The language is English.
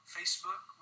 Facebook